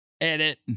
Edit